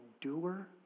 doer